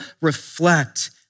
reflect